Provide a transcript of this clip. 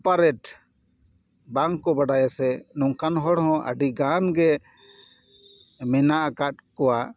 operate ᱵᱟᱝ ᱠᱚ ᱵᱟᱰᱟᱭᱟ ᱥᱮ ᱱᱚᱝᱠᱟᱱ ᱦᱚᱲ ᱦᱚᱸ ᱟᱹᱰᱤ ᱜᱟᱱ ᱜᱮ ᱢᱮᱱᱟᱜ ᱟᱠᱟᱫ ᱠᱚᱣᱟ